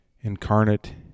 incarnate